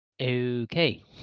Okay